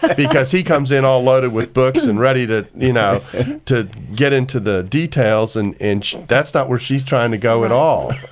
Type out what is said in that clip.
because he comes in all loaded with books and ready to you know to get into the details, and that's not where she's trying to go at all.